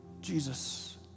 Jesus